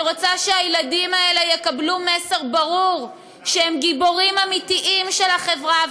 אני רוצה שהילדים האלה יקבלו מסר ברור שהם גיבורים אמיתיים של החברה,